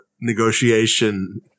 negotiation